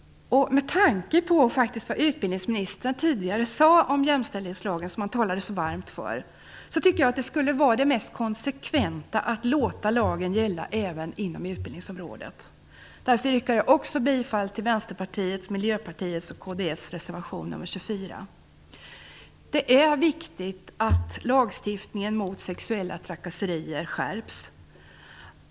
Med tanke på vad utbildningsministern tidigare sade om jämställdhetslagen, som han talade så varmt för, tycker jag att det mest konsekventa vore att låta lagen gälla även inom utbildningsområdet. Därför yrkar jag bifall också till Vänsterpartiets, Miljöpartiets och kds reservation nr 24. Det är viktigt att lagstiftningen mot sexuella trakasserier skärps.